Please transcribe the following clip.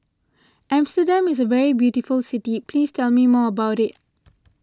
Amsterdam is a very beautiful city please tell me more about it